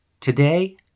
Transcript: Today